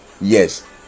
yes